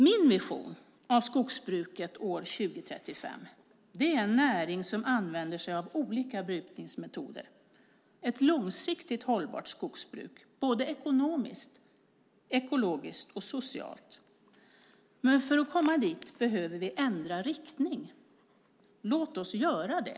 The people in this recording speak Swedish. Min vision av skogsbruket år 2035 är en näring som använder sig av olika brukningsmetoder, ett långsiktigt hållbart skogsbruk både ekonomiskt, ekologiskt och socialt. Men för att komma dit behöver vi ändra riktning. Låt oss göra det.